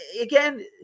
again